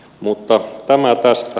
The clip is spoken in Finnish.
mutta tämä tästä